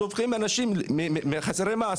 בכך הם הופכים אנשים מחסרי מעש,